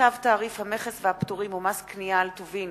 צו תעריף המכס והפטורים ומס קנייה על טובין